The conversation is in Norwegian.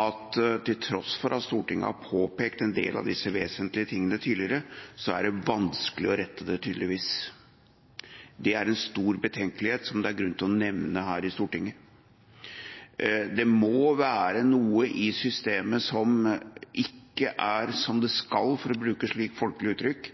at til tross for at Stortinget har påpekt en del av disse vesentlige tingene tidligere, er det vanskelig å rette det, tydeligvis. Det er en stor betenkelighet, som det er grunn til å nevne her i Stortinget. Det må være noe i systemet som ikke er som det skal, for å bruke et slikt folkelig uttrykk,